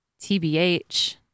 tbh